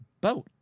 boat